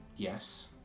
Yes